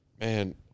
Man